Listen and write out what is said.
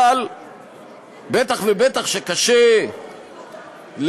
אבל בטח ובטח שקשה לשתף